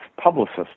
publicist